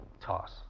toss